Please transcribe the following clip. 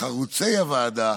מחרוצי הוועדה,